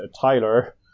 Tyler